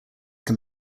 can